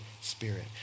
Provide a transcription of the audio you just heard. Spirit